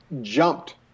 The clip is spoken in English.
jumped